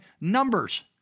numbers